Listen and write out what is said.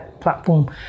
platform